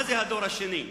מה זה הדור השני?